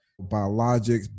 biologics